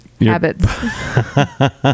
habits